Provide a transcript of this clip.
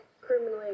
criminally